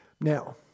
Now